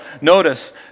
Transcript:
notice